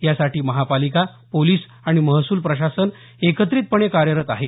यासाठी महापालिका पोलिस आणि महसूल प्रशासन एकत्रितपणे कार्यरत आहे